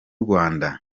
rwanda